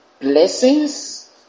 blessings